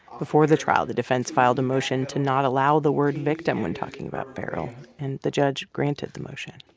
before the trial, the defense filed a motion to not allow the word victim when talking about ferrell. and the judge granted the motion.